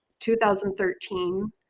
2013